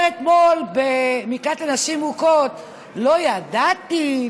אומר אתמול במקלט לנשים מוכות: לא ידעתי,